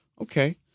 okay